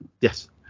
yes